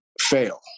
fail